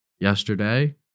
yesterday